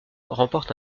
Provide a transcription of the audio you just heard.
remportent